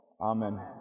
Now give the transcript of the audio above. Amen